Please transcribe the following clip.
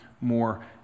more